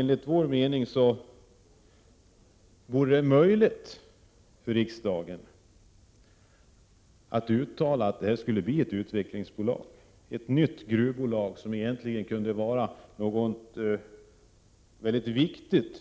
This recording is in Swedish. Enligt vår mening skulle det vara möjligt för riksdagen att uttala att det här skulle bli ett utvecklingsbolag, ett nytt gruvbolag. Egentligen skulle det kunna vara av mycket stor betydelse